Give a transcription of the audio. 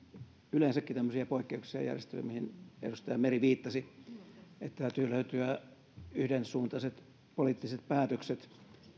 yleensäkin tämmöisiä poikkeuksellisia järjestelyjä mihin edustaja meri viittasi eli täytyy löytyä yhdensuuntaiset poliittiset päätökset